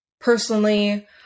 personally